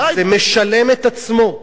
שזה משלם את עצמו,